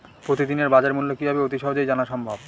প্রতিদিনের বাজারমূল্য কিভাবে অতি সহজেই জানা সম্ভব?